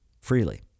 freely